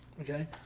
Okay